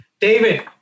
David